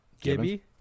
Gibby